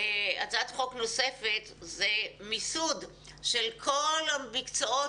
הצעת חוק נוספת היא מיסוד של כל המקצועות